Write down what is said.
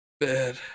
Bad